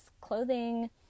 clothing